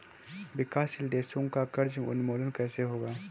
विकासशील देशों का कर्ज उन्मूलन कैसे होगा?